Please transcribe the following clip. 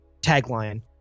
tagline